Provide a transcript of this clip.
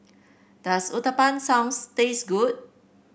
does Uthapam sounds taste good